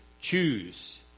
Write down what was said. choose